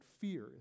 Fear